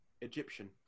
Egyptian